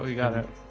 got it.